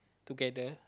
together